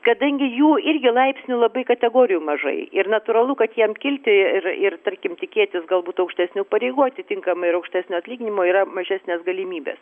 kadangi jų irgi laipsnių labai kategorijų mažai ir natūralu kad jiem kilti ir ir tarkim tikėtis galbūt aukštesnių pareigųo atitinkamai ir aukštesnio atlyginimo yra mažesnės galimybės